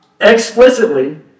explicitly